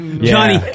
Johnny